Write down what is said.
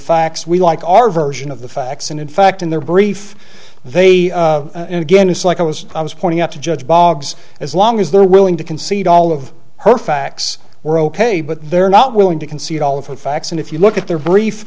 facts we like our version of the facts and in fact in their brief they again it's like i was pointing out to judge bogs as long as they're willing to concede all of her facts were ok but they're not willing to concede all the facts and if you look at their brief